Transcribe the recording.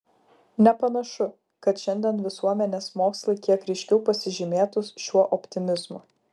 nepanašu kad šiandien visuomenės mokslai kiek ryškiau pasižymėtų šiuo optimizmu